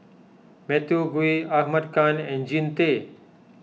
Matthew Gui Ahmad Khan and Jean Tay